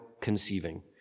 conceiving